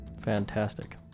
fantastic